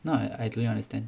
no I totally understand